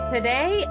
Today